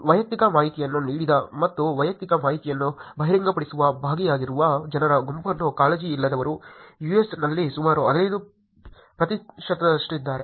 ವೈಯಕ್ತಿಕ ಮಾಹಿತಿಯನ್ನು ನೀಡಿದ ಮತ್ತು ವೈಯಕ್ತಿಕ ಮಾಹಿತಿಯನ್ನು ಬಹಿರಂಗಪಡಿಸುವ ಭಾಗವಾಗಿರುವ ಜನರ ಗುಂಪನ್ನು ಕಾಳಜಿಯಿಲ್ಲದವರು US ನಲ್ಲಿ ಸುಮಾರು 15 ಪ್ರತಿಶತದಷ್ಟಿದ್ದಾರೆ